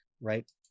right